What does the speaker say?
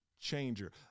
changer